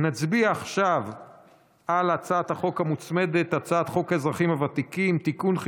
אני מודיע כי הצעת חוק האזרחים הוותיקים (תיקון מס'